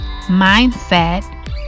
mindset